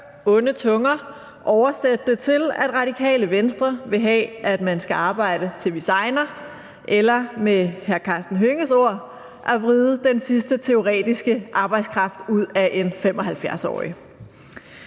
onde tunger oversætte det til, at Radikale Venstre vil have, at man skal arbejde, til man segner, eller med hr. Karsten Hønges ord vride den sidste teoretiske arbejdskraft ud af en 75-årig.